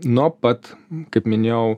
nuo pat kaip minėjau